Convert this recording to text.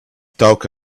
talk